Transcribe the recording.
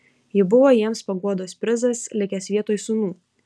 ji buvo jiems paguodos prizas likęs vietoj sūnų